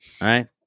right